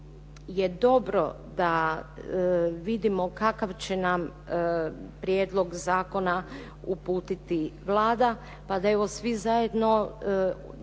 dobro da vidimo kakav će nam prijedlog zakona uputiti Vlada, pa da evo svi zajedno